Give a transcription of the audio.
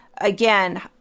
Again